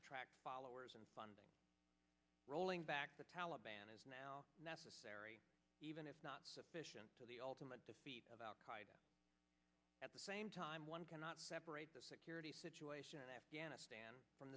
attract followers and funding rolling back the taliban is now necessary even if not sufficient to the ultimate defeat of al qaeda at the same time one cannot separate the security situation in afghanistan from